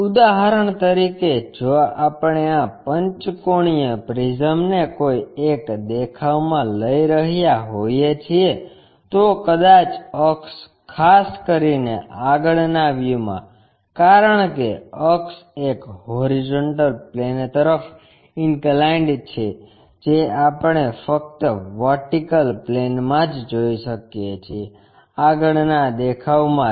ઉદાહરણ તરીકે જો આપણે આ પંચકોણિય પ્રિઝમ ને કોઈ એક દેખાવમાં લઈ રહ્યા હોઈએ છીએ તો કદાચ અક્ષ ખાસ કરીને આગળના વ્યૂમાં કારણ કે અક્ષ એક હોરીઝોન્ટલ પ્લેન તરફ ઇન્કલાઇન્ડ છે જે આપણે ફક્ત વર્ટિકલ પ્લેનમાં જ જોઈ શકીએ છીએ આગળના દેખાવમાં જ